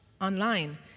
online